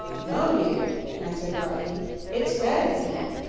no, dear, answered dorothy it's better than that.